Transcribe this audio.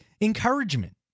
encouragement